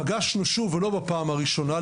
פגשנו שוב ולא בפעם הראשונה,